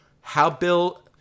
how-bill